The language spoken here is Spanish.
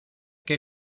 que